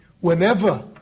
Whenever